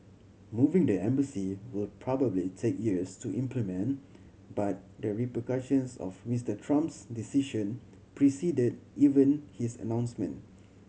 moving the embassy will probably take years to implement but the repercussions of Mister Trump's decision preceded even his announcement